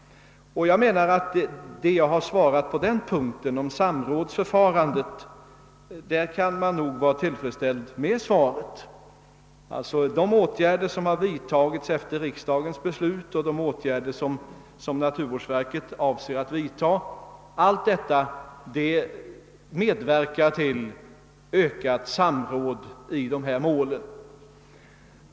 Jag anser nog att vad jag svarat på den punkten bör vara tillfredsställande. De åtgärder som vidtagits efter riksdagens beslut och de åtgärder som naturvårdsverket avser att vidta medverkar till ett ökat samråd i dessa mål.